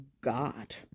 god